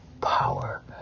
power